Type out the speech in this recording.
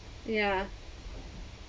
ya